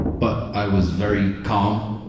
but, i was very calm.